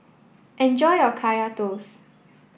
enjoy your Kaya Toast